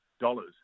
dollars